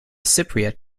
cypriot